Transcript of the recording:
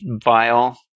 vial